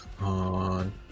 on